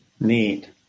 Neat